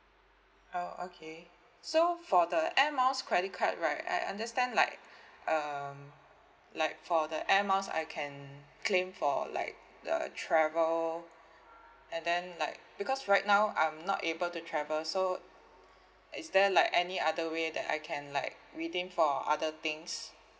oh okay so for the air miles credit card right I understand like um like for the air miles I can claim for like the travel and then like because right now I'm not able to travel so is there like any other way that I can like redeem for other things